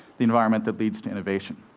the environment that leads to innovation.